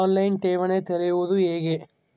On line ಠೇವಣಿ ತೆರೆಯುವುದು ಹೇಗೆ?